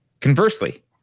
Conversely